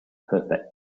perfect